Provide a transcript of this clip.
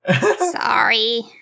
Sorry